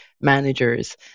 managers